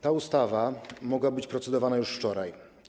Ta ustawa mogła być procedowana już wczoraj.